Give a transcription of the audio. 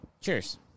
Cheers